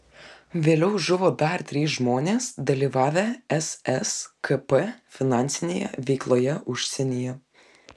vėliau žuvo dar trys žmonės dalyvavę sskp finansinėje veikloje užsienyje